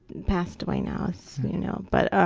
passed away now, so you know, but,